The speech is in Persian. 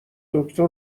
دکتر